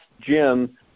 Jim